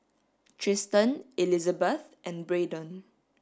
Tristen Elizbeth and Braedon